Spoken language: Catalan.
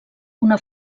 una